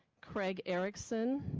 craig ericson